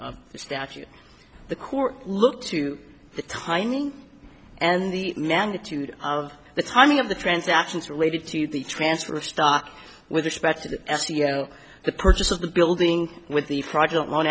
the statute the court look to the tiny and the magnitude of the timing of the transactions related to the transfer of stock with respect to the s t l the purchase of the building with the project